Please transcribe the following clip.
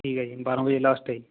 ਠੀਕ ਹੈ ਜੀ ਬਾਰ੍ਹਾਂ ਵਜ੍ਹੇ ਲਾਸਟ ਏ